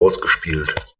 ausgespielt